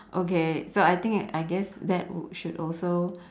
okay so I think I guess that wou~ should also